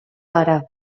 gara